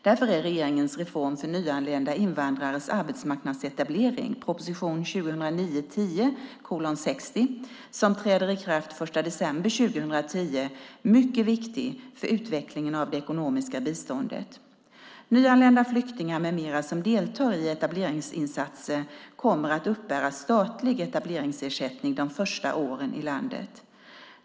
Därför är regeringens reform för nyanlända invandrares arbetsmarknadsetablering, proposition 2009/10:60, som träder i kraft den 1 december 2010 mycket viktig för utvecklingen av det ekonomiska biståndet. Nyanlända flyktingar med mera som deltar i etableringsinsatser kommer att uppbära statlig etableringsersättning de första åren i landet.